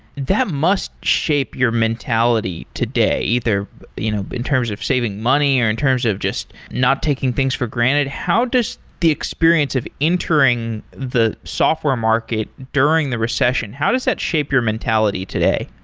that must shape your mentality today, either you know in terms of saving money, or in terms of just not taking things for granted. how does the experience of entering the software market during the recession, how does that shape your mentality today?